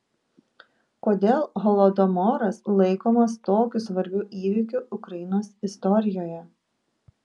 kodėl holodomoras laikomas tokiu svarbiu įvykiu ukrainos istorijoje